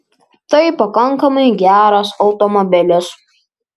tai pakankamai geras automobilis